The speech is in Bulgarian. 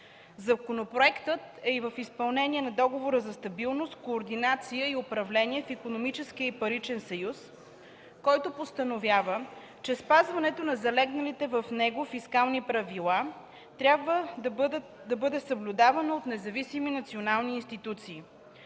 Законопроектът е и в изпълнените на Договора за стабилност, координация и управление в Икономическия и паричен съюз, който постановява, че спазването на залегналите в него фискални правила трябва да бъде съблюдавано от независими национални институции.